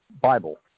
Bible